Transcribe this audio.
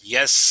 Yes